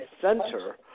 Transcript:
center